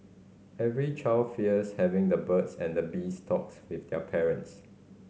every child fears having the birds and the bees talk with their parents